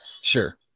sure